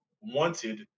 wanted